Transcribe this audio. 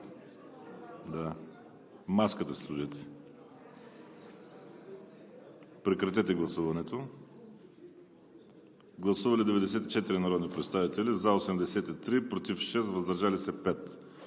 Маската си сложете! Прекратете гласуването. Гласували 94 народни представители: за 83, против 6, въздържали се 5.